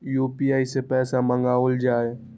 UPI सै पैसा मंगाउल जाय?